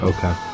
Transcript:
Okay